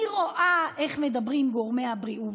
אני רואה איך מדברים גורמי הבריאות.